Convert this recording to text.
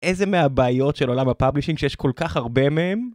איזה מהבעיות של עולם הפאבלישינג שיש כל כך הרבה מהם?